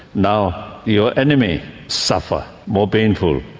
now your enemy suffer, more painful,